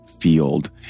field